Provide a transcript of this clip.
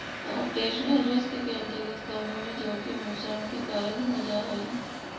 operational risk के अंतर्गत कानूनी जोखिम नुकसान के कारण हो जा हई